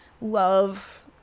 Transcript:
love